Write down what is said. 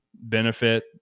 benefit